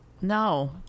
No